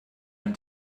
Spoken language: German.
ein